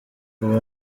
ubu